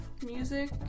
music